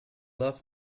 love